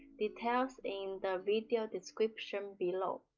details in the video description below.